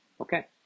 Okay